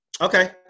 Okay